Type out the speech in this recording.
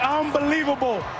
unbelievable